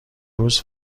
روز